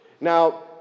Now